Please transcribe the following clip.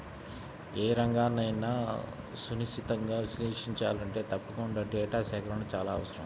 ఏ రంగన్నైనా సునిశితంగా విశ్లేషించాలంటే తప్పకుండా డేటా సేకరణ చాలా అవసరం